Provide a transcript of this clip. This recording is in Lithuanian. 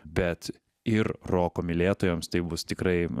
bet ir roko mylėtojams tai bus tikrai